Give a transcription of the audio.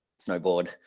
snowboard